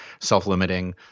self-limiting